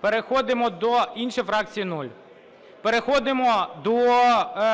Переходимо до… Інші фракції – 0. Переходимо до